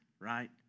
right